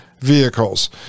vehicles